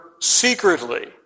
secretly